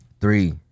Three